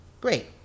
great